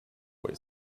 boy